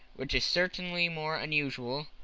which is certainly more unusual.